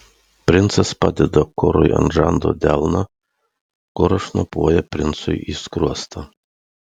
princas padeda korui ant žando delną koras šnopuoja princui į skruostą